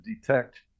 detect